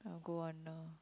I'll go on a